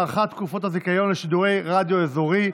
הארכת תקופות הזיכיון לשידורי רדיו אזורי),